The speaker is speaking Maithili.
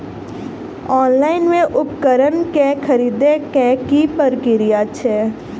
ऑनलाइन मे उपकरण केँ खरीदय केँ की प्रक्रिया छै?